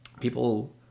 People